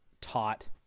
taught